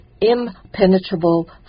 impenetrable